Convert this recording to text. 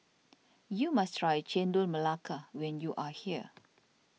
you must try Chendol Melaka when you are here